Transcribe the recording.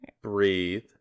Breathe